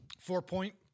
Four-point